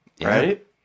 Right